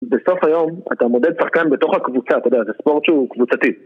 בסוף היום אתה מודד שחקן בתוך הקבוצה, אתה יודע, זה ספורט שהוא קבוצתי.